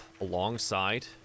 alongside